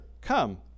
come